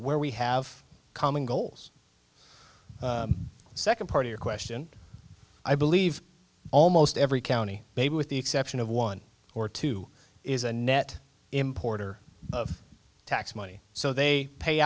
where we have common goals second part of your question i believe almost every county maybe with the exception of one or two is a net importer of tax money so they pay